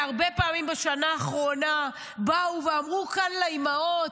והרבה פעמים בשנה האחרונה באו ואמרו כאן לאימהות,